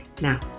Now